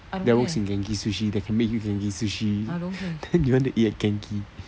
that works in genki sushi that can make you genki sushi then you want to eat at genki